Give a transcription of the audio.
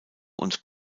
und